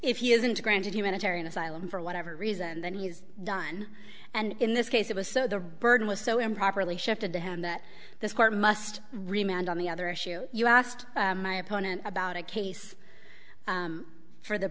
if he isn't granted humanitarian asylum for whatever reason then he's done and in this case it was so the burden was so improperly shifted to him that this court must remain and on the other issue you asked my opponent about a case for the